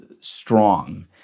strong